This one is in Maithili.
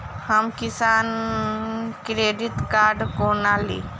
हम किसान क्रेडिट कार्ड कोना ली?